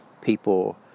people